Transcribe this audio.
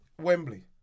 Wembley